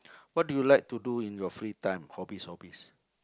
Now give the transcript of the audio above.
what do you like to do in your free time hobbies hobbies